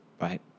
right